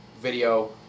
video